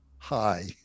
Hi